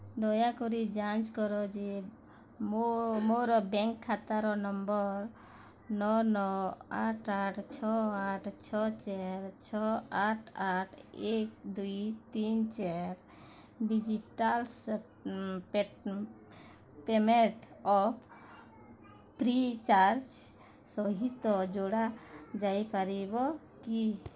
ଦୟାକରି ଯାଞ୍ଚ କର ଯେ ମୋ ମୋର ବ୍ୟାଙ୍କ୍ ଖାତା ନମ୍ବର ନଅ ନଅ ଆଠ ଆଠ ଛଅ ଆଠ ଛଅ ଚାରି ଛଅ ଆଠ ଆଠ ଏକ ଦୁଇ ତିନି ଚାରି ଡିଜିଟାଲ୍ ପେ' ପେମେଣ୍ଟ୍ ଫ୍ରିଚାର୍ଜ୍ ସହିତ ଯୋଡ଼ା ଯାଇପାରିବ କି